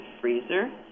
freezer